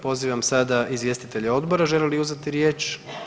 Pozivam sada izvjestitelje odbora žele li uzeti riječ?